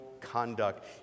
conduct